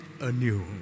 anew